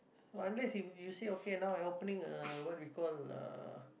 unless if you say okay now I opening a what we call uh